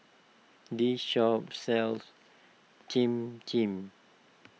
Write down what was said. this shop sells Cham Cham